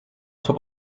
top